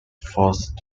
forced